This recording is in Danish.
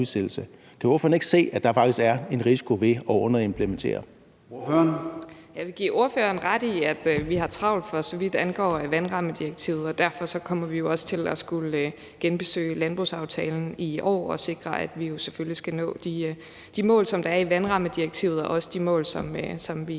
Kl. 10:31 Formanden (Søren Gade): Ordføreren. Kl. 10:31 Anne Paulin (S): Jeg vil give ordføreren ret i, at vi har travlt, for så vidt angår vandrammedirektivet. Og derfor kommer vi jo også til at skulle genbesøge landbrugsaftalen i år og sikre, at vi selvfølgelig skal nå de mål, der er i vandrammedirektivet, og de mål, som vi